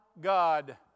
God